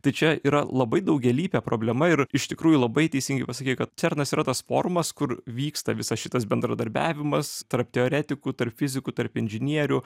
tai čia yra labai daugialypė problema ir iš tikrųjų labai teisingai pasakei kad cernas yra tas forumas kur vyksta visas šitas bendradarbiavimas tarp teoretikų tarp fizikų tarp inžinierių